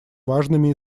важными